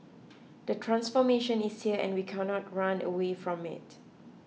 the transformation is here and we cannot run away from it